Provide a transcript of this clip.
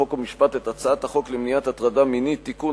חוק ומשפט את הצעת החוק למניעת הטרדה מינית (תיקון,